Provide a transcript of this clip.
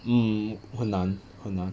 hmm 很难很难